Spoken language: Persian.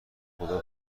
خدا